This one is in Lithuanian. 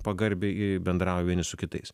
pagarbiai bendrauja vieni su kitais